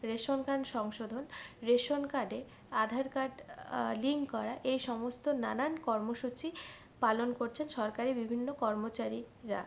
ration card সংশোধন ration কার্ডে Aadhaar card link করা এই সমস্ত নানান কর্মসূচি পালন করছে সরকারি বিভিন্ন কর্মচারীরা